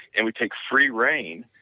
and we take free rain,